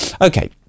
Okay